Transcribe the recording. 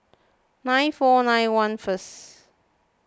nine four nine one first